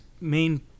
main